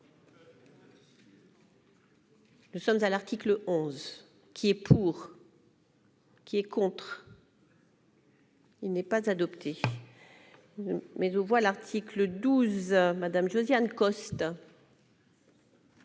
Nous sommes à l'article 11 qui est pour. Qui est contre. Il n'est pas adopté mais je vois l'article 12 Madame Josiane Costes.